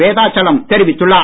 வேதாசலம் தெரிவித்துள்ளார்